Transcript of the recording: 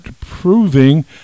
proving